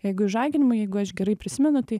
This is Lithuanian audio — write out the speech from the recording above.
jeigu išžaginimai jeigu aš gerai prisimenu tai